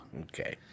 Okay